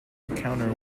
encounter